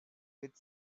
with